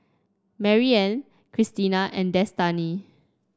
Maryann Christina and Destany